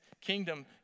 kingdom